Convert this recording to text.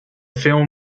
film